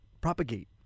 propagate